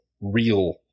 real